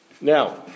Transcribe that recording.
Now